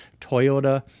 Toyota